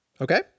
Okay